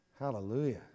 Hallelujah